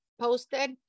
posted